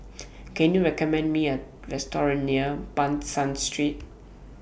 Can YOU recommend Me A Restaurant near Ban San Street